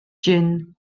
jin